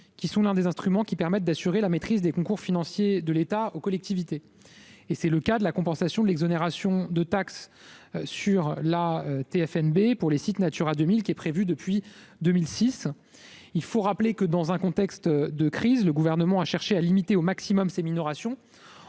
qui sont l'un des instruments permettant d'assurer la maîtrise des concours financiers de l'État aux collectivités. C'est le cas de la compensation de l'exonération de taxe sur la TFPNB pour les sites Natura 2000, qui est prévue depuis 2006. Il faut rappeler que, dans un contexte de crise, le Gouvernement a cherché à limiter le plus possible ces minorations